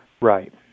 Right